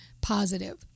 positive